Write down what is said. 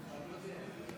חבריי חברי הכנסת,